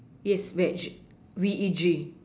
yes veg V E G